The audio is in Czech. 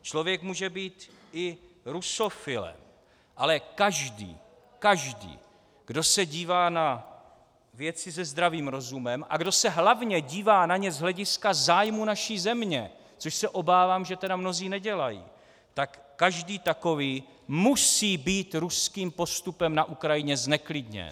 Člověk může být i rusofilem, ale každý, každý, kdo se dívá na věci se zdravým rozumem a kdo se hlavně dívá na ně z hlediska zájmu naší země, což se obávám, že tedy mnozí nedělají, tak každý takový musí být ruským postupem na Ukrajině zneklidněn.